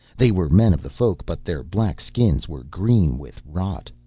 they were men of the folk but their black skins were green with rot.